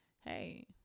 hey